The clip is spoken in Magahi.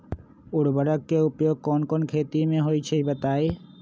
उर्वरक के उपयोग कौन कौन खेती मे होई छई बताई?